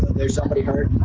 there's somebody hurt,